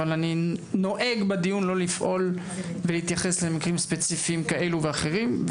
אבל אני נוהג בדיון לא לפעול ולהתייחס למקרים ספציפיים כאלה ואחרים,